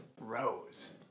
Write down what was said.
rose